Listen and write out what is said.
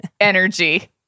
energy